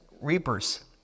reapers